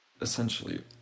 essentially